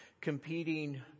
competing